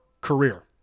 career